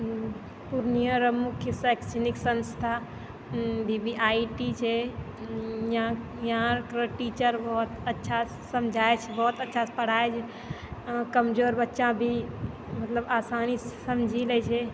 पूर्णियाक मुख्य शैक्षणिक संस्था वी वी आई टी छै यहाँ के टीचर सब बहुत अच्छासँ पढ़ाबै छै बहुत अच्छासँ समझाबै छै कमजोर बच्चा भी आसानीसँ समझि लैत छै